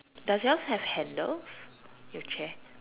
does yours have handles your chair